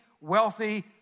wealthy